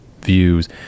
views